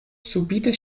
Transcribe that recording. subite